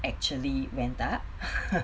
actually went up